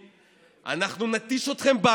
אנחנו נתיש אתכם בדיונים,